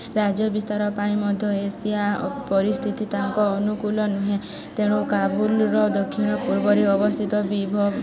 ରାଜ୍ୟ ବିସ୍ତାର ପାଇଁ ମଧ୍ୟ ଏସିଆ ପରିସ୍ଥିତି ତାଙ୍କ ଅନୁକୂଳ ନୁହେଁ ତେଣୁ କାବୁଲର ଦକ୍ଷିଣ ପୂର୍ବରେ ଅବସ୍ଥିତ ବିଭବ